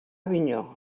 avinyó